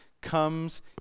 comes